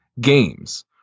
games